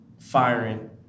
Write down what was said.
firing